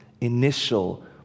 initial